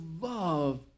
love